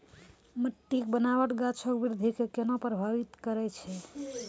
मट्टी के बनावट गाछो के वृद्धि के केना प्रभावित करै छै?